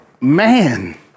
Man